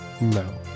No